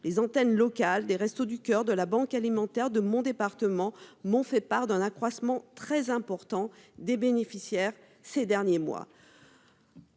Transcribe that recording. les antennes locales des Restos du Coeur et de la Banque alimentaire de mon département m'ont fait part d'un accroissement très important de leurs bénéficiaires ces derniers mois.